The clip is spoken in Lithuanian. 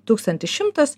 tūkstantis šimtas